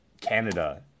Canada